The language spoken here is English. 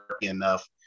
enough